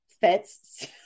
fits